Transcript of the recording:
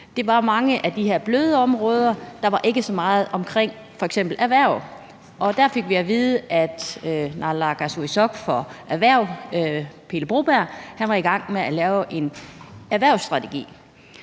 det var om mange af de her bløde områder; der var ikke så meget omkring f.eks. erhverv – og der fik vi at vide, at naalakkersuisoq for erhverv, Pele Broberg, var i gang med at lave en erhversstrategi.